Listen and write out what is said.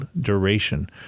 duration